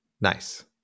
Nice